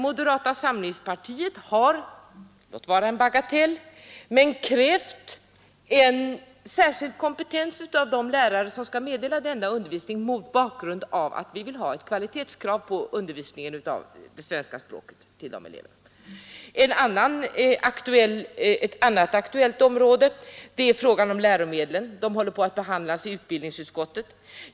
Moderata samlingspartiet har där krävt — låt vara att det kan ses som en bagatell — särskild kompetens av de lärare som skall meddela denna undervisning mot bakgrund av att vi vill ha ett kvalitetskrav på undervisningen i svenska språket. Ett annat aktuellt område gäller läromedlen — den frågan behandlas nu i utbildningsutskottet.